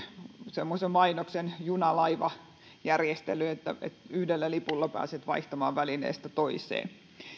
semmoisen mainoksen juna laiva järjestelystä että yhdellä lipulla pääset vaihtamaan välineestä toiseen